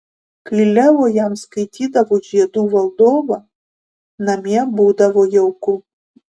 kai leo jam skaitydavo žiedų valdovą namie būdavo jauku